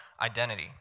identity